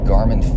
Garmin